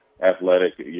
athletic